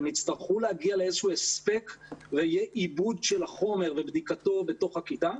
הם יצטרכו להגיע לאיזשהו הספק ויהיה עיבוד של החומר ובדיקתו בתוך הכיתה.